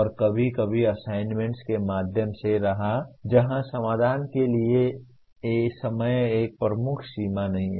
और कभी कभी असाइनमेंट के माध्यम से जहां समाधान के लिए समय एक प्रमुख सीमा नहीं है